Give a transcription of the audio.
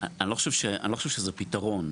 אני לא חושב שזה פתרון.